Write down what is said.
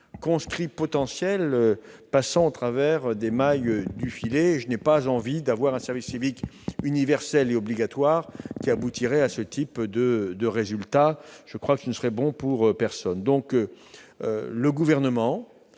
conscrits potentiels passant au travers des mailles du filet. Je n'ai pas envie d'avoir un service civique universel et obligatoire qui aboutirait à ce type de résultat, ce qui ne serait bon pour personne. Le Président